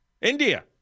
India